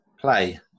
play